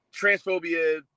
transphobia